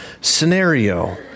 scenario